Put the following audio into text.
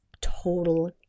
total